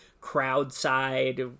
crowd-side